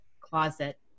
closet